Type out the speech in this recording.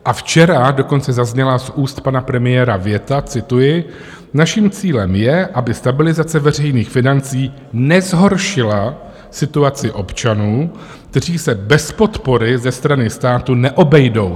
A včera dokonce zazněla z úst pana premiéra věta cituji: Naším cílem je, aby stabilizace veřejných financí nezhoršila situaci občanů, kteří se bez podpory ze strany státu neobejdou.